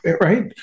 right